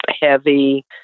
heavy